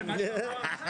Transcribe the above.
אבל מה שהוא אמר עכשיו.